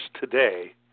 today